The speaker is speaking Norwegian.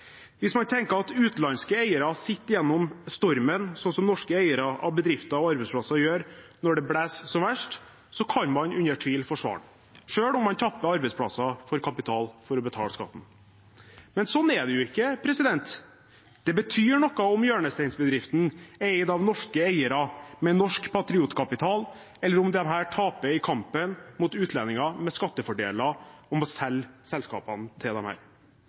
Hvis man tenker at utenlandske eiere sitter gjennom stormen, sånn som norske eiere av bedrifter og arbeidsplasser gjør når det blåser som verst, kan man under tvil forsvare det, selv om man tapper arbeidsplasser for kapital for å betale skatten. Men sånn er det jo ikke. Det betyr noe om hjørnesteinsbedriften er eid av norske eiere med norsk patriotkapital, eller om de taper kampen mot utlendinger med skattefordeler og må selge selskapene til dem.